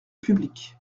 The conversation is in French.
public